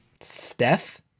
Steph